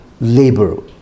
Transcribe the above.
labor